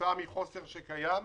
וכתוצאה מחוסר שקיים,